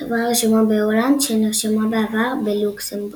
חברה הרשומה בהולנד, שנרשמה בעבר בלוקסמבורג.